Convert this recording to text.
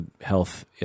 health